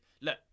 Look